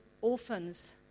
orphans